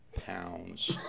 pounds